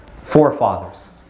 forefathers